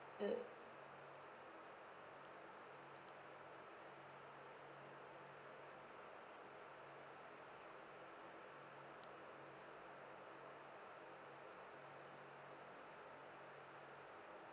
mm